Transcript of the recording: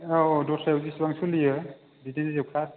औ औ दस्रायाव बिसिबां सलियो बिदिनोजोबखा